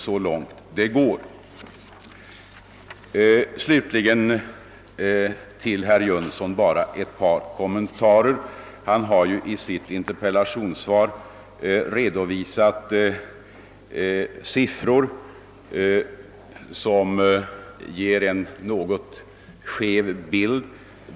Slutligen ett par kommentarer till herr Jönsson. Han har i sin interpellation redovisat siffror som ger en något skev bild.